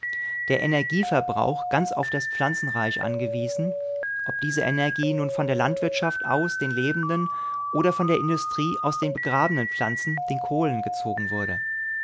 der energieverbrauch ganz auf das pflanzenreich angewiesen ob diese energie nun von der landwirtschaft aus den lebenden oder von der industrie aus den begrabenen pflanzen den kohlen gezogen wurde